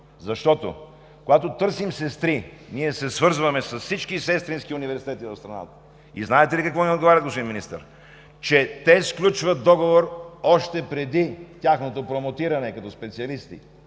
защото, когато търсим сестри, ние се свързваме с всички сестрински университети в страната. Знаете ли какво ми отговарят, господин Министър? Че сключват договор още преди тяхното промотиране като специалисти,